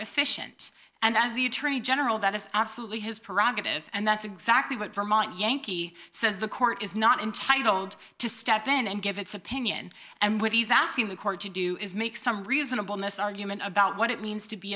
efficient and as the attorney general that is absolutely his parag of and that's exactly what vermont yankee says the court is not entitled to step in and give its opinion and what he's asking the court to do is make some reasonable ness argument about what it means to be